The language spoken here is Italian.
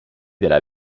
della